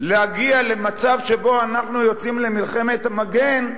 להגיע למצב שבו אנחנו יוצאים למלחמת מגן,